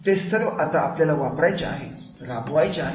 ते सर्व आता आपल्याला वापरायचे आहे राबवायचे आहे